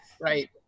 right